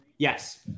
Yes